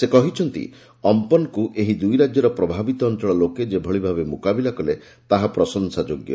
ସେ କହିଛନ୍ତି ଅମ୍ପନ୍କୁ ଏହି ଦୁଇ ରାଜ୍ୟର ପ୍ରଭାବିତ ଅଂଚଳ ଲୋକେ ଯେଭଳି ଭାବେ ମୁକାବିଲା କଲେ ତାହା ପ୍ରଶଂସା ଯୋଗ୍ୟ